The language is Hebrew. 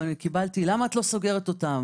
קבלתי הודעות למה אני לא סוגרת את המקום.